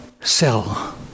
sell